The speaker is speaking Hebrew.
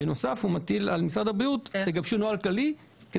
בנוסף הוא מטיל על משרד הבריאות לגבש נוהל כללי.